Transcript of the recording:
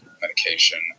medication